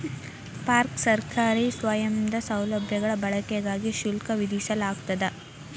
park ಸರ್ಕಾರಿ ಸ್ವಾಮ್ಯದ ಸೌಲಭ್ಯಗಳ ಬಳಕೆಗಾಗಿ ಶುಲ್ಕ ವಿಧಿಸಲಾಗ್ತದ